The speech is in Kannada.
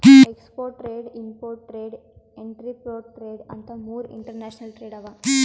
export trade, import trade, entrepot trade ಅಂತ್ ಮೂರ್ ಇಂಟರ್ನ್ಯಾಷನಲ್ ಟ್ರೇಡ್ ಅವಾ